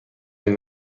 این